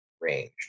range